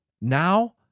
now